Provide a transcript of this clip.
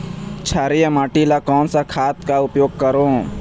क्षारीय माटी मा कोन सा खाद का उपयोग करों?